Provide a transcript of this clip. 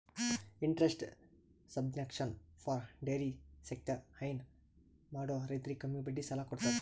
interest subvention for dairy sector ಹೈನಾ ಮಾಡೋ ರೈತರಿಗ್ ಕಮ್ಮಿ ಬಡ್ಡಿ ಸಾಲಾ ಕೊಡತದ್